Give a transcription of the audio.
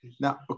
Now